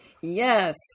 yes